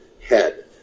head